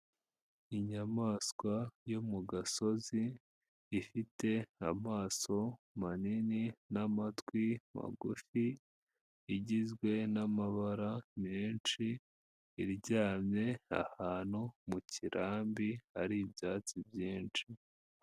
Inyamaswa yo mu gasozi ifite amaso manini n'amatwi magufi, igizwe n'amabara menshi, iryamye ahantu mu kirambi hari ibyatsi byinshi.